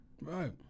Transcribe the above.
Right